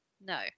No